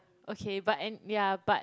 okay but and yeah but